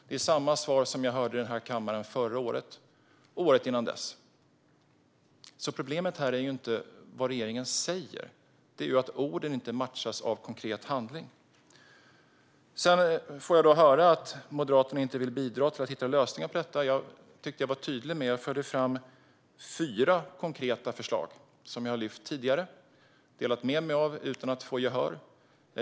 Det är samma svar som jag hörde i den här kammaren förra året och året innan dess. Problemet är alltså inte vad regeringen säger utan att orden inte matchas av konkret handling. Sedan får jag höra att Moderaterna inte vill bidra till att hitta lösningar på detta. Jag tycker att jag var tydlig. Jag förde fram fyra konkreta förslag som jag har lyft upp tidigare och delat med mig av utan att få gehör.